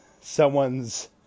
someone's